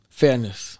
fairness